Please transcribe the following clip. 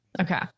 Okay